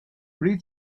read